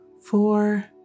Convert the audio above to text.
four